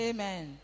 Amen